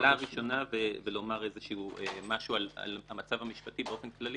לשאלה הראשונה ולומר משהו על המצב המשפטי באופן כללי